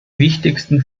wichtigsten